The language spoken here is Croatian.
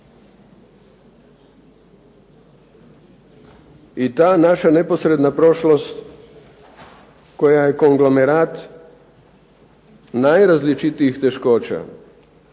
i ta naša neposredna prošlost koja je konglomerat najrazličitijih teškoća